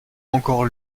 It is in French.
encore